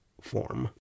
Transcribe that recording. form